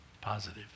positive